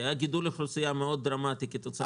כי היה גידול אוכלוסייה דרמטי מאוד כתוצאה מן העלייה.